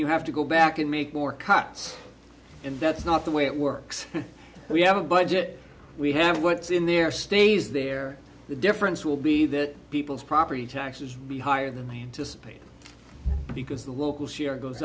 you have to go back and make more cuts and that's not the way it works we have a budget we have what's in there stays there the difference will be that people's property taxes will be higher than they anticipated because the local share goes